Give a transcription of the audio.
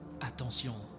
Attention